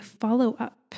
follow-up